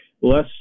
Less